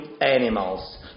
animals